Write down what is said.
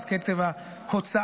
אז קצב ההוצאה,